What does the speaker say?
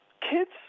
kids